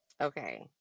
okay